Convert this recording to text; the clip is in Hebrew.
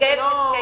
הוא אמר